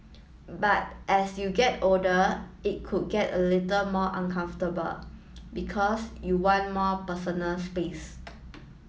but as you get older it could get a little more uncomfortable because you want more personal space